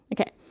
Okay